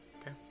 Okay